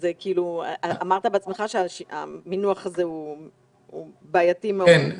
אמרת בעצמך שהמינוח הזה בעייתי מאוד.